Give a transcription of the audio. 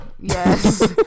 Yes